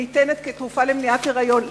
ניתנת כתרופה למניעת היריון.